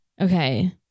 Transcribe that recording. Okay